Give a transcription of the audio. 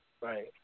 Right